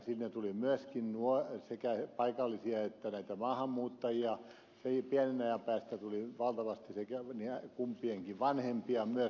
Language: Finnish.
sinne tuli sekä paikallisia että näitä maahanmuuttajia pienen ajan päästä tuli valtavasti kumpienkin vanhempia myös mukaan